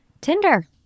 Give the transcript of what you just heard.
Tinder